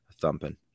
thumping